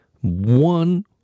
one